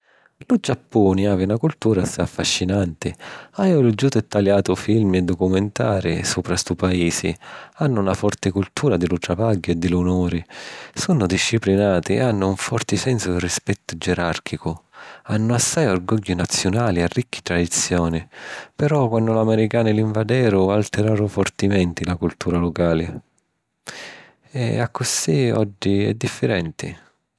Lu Giappuni havi na cultura assai affascinanti. Haju liggiutu e taliatu filmi e documentari supra stu paisi. Hannu na forti cultura di lu travagghiu e di l’onuri. Sunnu disciplinati e hannu un forti sensu di rispettu geràrchicu. Hannu assai orgogghiu naziunali e ricchi tradizioni, però quannu l’Amiricani l’invaderu, alteraru fortimenti la cultura lucali. E accussì oji è diffirenti.